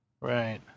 Right